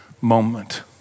moment